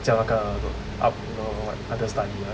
像那个 err don't know what understudy ah